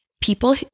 people